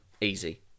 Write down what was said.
Easy